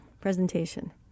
presentation